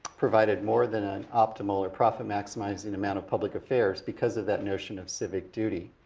provided more than an optimal or profit-maximizing amount of public affairs because of that notion of civic duty.